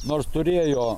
nors turėjo